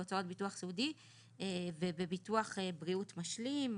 בהוצאות ביטוח סיעודי ובביטוח בריאות משלים.